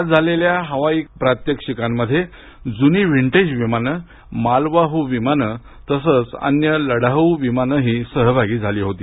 आज झालेल्या हवाई प्रात्यक्षिकांमध्ये जुनी विंटेज विमाने मालवाह् विमानं तसच अन्य लढाऊ विमानेही सहभागी झाली होती